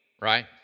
right